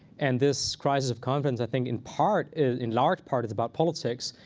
and this crisis of confidence, i think in part, in large part, is about politics.